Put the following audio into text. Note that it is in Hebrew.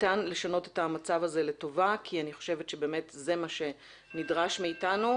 ניתן לשנות את המצב הזה לטובה כי אני חושבת שבאמת זה מה שנדרש מאתנו.